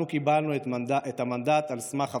אנחנו קיבלנו את המנדט על סמך הבטחותינו.